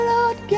Lord